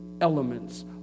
elements